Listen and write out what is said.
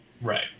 Right